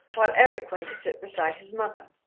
while eric went to sit beside his mother.